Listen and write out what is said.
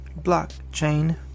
Blockchain